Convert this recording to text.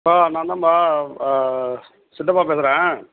hello நான் தான் பா சித்தப்பா பேசுகிறேன்